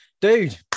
Dude